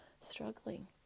struggling